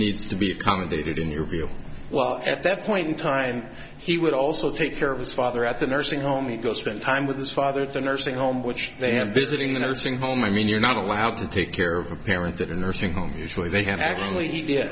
needs to be accommodated in your view well at that point in time he would also take care of his father at the nursing home he goes spend time with his father the nursing home which they have visiting the nursing home i mean you're not allowed to take care of a parent that a nursing home usually they have actually the